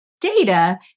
data